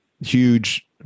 Huge